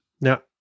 Now